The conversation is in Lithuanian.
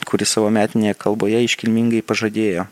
kuri savo metinėje kalboje iškilmingai pažadėjo